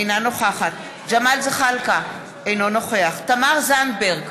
אינה נוכחת ג'מאל זחאלקה, אינו נוכח תמר זנדברג,